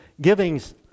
giving's